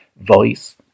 voice